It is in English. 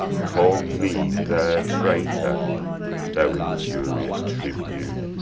call me their traitor thou injurious tribune!